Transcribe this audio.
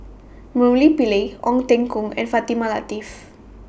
Murali Pillai Ong Teng Koon and Fatimah Lateef